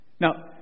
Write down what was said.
Now